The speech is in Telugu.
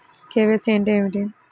కే.వై.సి అంటే ఏమిటి?